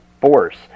force